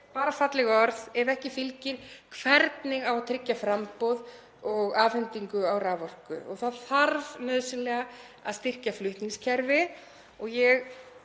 bara falleg orð ef ekki fylgir hvernig á að tryggja framboð og afhendingu á raforku. Það þarf nauðsynlega að styrkja flutningskerfi og ég